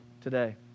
today